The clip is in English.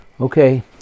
Okay